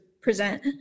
present